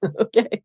Okay